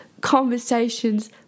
conversations